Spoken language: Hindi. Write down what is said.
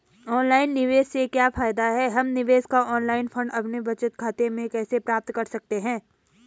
ऑनलाइन निवेश से क्या फायदा है हम निवेश का ऑनलाइन फंड अपने बचत खाते में कैसे प्राप्त कर सकते हैं?